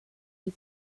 die